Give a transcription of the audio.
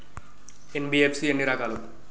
NBFC ఎన్ని రకాలు?